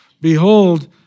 behold